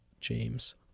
James